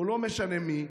או לא משנה מי,